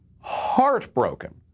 heartbroken